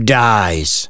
dies